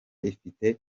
ifite